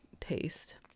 taste